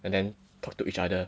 and then talk to each other